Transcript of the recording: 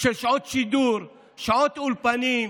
שעות שידור, שעות אולפנים?